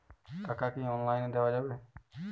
টাকা কি অনলাইনে দেওয়া যাবে?